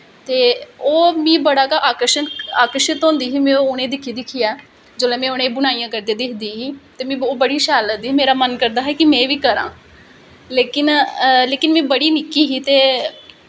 ते ओह् में बड़ा गै अकर्शित होंदी ही में उनेंगी दिक्खी दिक्खियै जिसलै में उनेंगी बुनाईयैां करदे दिखदी ही ते ओह् मिगी बड़ी शैल लगदियां हां ते मेरी बी मन करदा हा कि में बी करां लेकिन में बड़ी निक्की ही ते